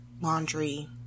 laundry